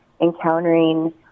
encountering